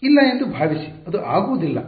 ಇಲ್ಲ ಎಂದು ಭಾವಿಸಿ ಅದು ಆಗುವುದಿಲ್ಲ